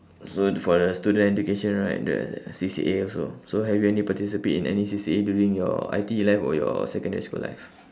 so for the student education right the C_C_A also so have you any participate in any C_C_A during your I_T_E life or your secondary school life